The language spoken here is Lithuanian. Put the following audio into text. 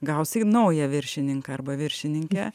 gausi naują viršininką arba viršininkę